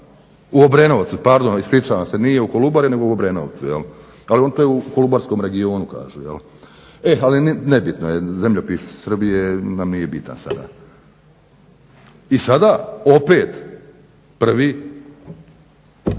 U Obrenovcu pardon ispričavam se, nije u Kolubari nego u Obrenovcu ali to je u Kolubarskom regionu kažu. Nebitno je, zemljopis Srbije nam nije bitan sada. I sada opet prvi